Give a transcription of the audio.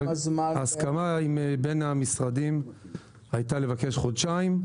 ההסכמה בין המשרדים היתה לבקש חודשיים.